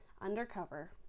undercover